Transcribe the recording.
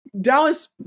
Dallas